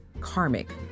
karmic